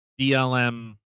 BLM